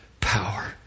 power